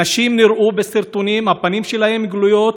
אנשים נראו בסרטונים, הפנים שלהם גלויות,